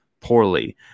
poorly